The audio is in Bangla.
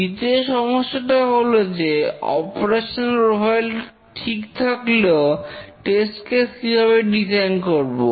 দ্বিতীয় সমস্যাটা হলো যে অপারেশনাল প্রোফাইল ঠিক থাকলেও টেস্ট কেস কিভাবে ডিজাইন করব